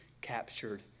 captured